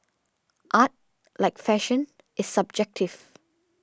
art like fashion is subjective